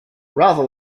rather